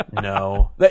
No